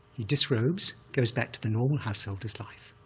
he disrobes, goes back to the normal householder's life.